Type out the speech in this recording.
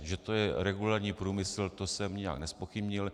Že to je regulérní průmysl, to jsem nijak nezpochybnil.